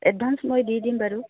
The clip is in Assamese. এডভান্স মই দি দিম বাৰু